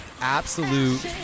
absolute